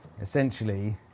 essentially